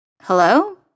Hello